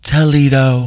Toledo